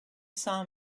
saw